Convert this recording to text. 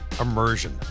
Immersion